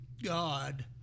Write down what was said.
God